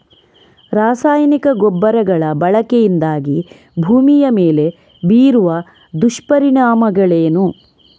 ರಾಸಾಯನಿಕ ಗೊಬ್ಬರಗಳ ಬಳಕೆಯಿಂದಾಗಿ ಭೂಮಿಯ ಮೇಲೆ ಬೀರುವ ದುಷ್ಪರಿಣಾಮಗಳೇನು?